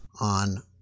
on